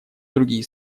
другие